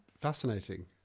Fascinating